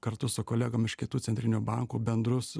kartu su kolegom iš kitų centrinių bankų bendrus